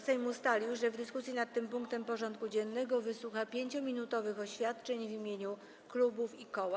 Sejm ustalił, że w dyskusji nad tym punktem porządku dziennego wysłucha 5-minutowych oświadczeń w imieniu klubów i koła.